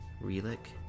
Relic